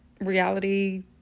reality